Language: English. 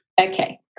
Okay